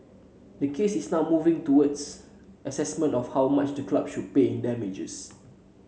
the case is now moving towards assessment of how much the club should pay in damages